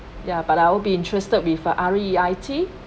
ya but I'll be interested with R_E_I_T